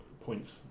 points